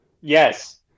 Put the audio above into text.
Yes